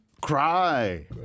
cry